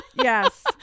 Yes